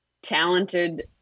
talented